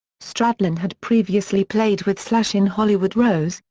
stradlin had previously played with slash in hollywood rose,